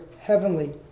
heavenly